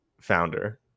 founder